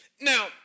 now